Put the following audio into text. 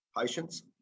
Patience